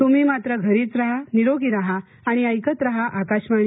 तुम्ही मात्र घरीच रहा निरोगी रहा आणि ऐकत रहा आकाशवाणी